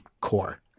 core